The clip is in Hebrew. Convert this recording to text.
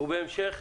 ובהמשך,